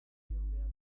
temperatura